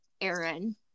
Aaron